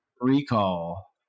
recall